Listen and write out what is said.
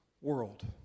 world